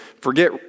forget